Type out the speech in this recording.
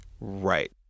Right